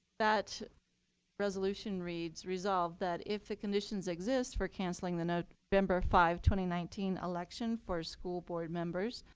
that resolution reads resolved that, if the conditions exist for canceling the november five twenty nineteen election for school board members,